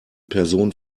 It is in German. person